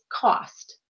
cost